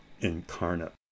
incarnate